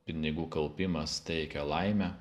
pinigų kaupimas teikia laimę